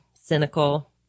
cynical